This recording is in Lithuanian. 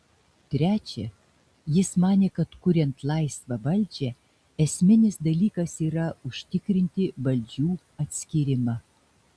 trečia jis manė kad kuriant laisvą valdžią esminis dalykas yra užtikrinti valdžių atskyrimą